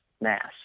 mass